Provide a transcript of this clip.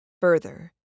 Further